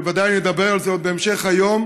ובוודאי נדבר על זה עוד בהמשך היום,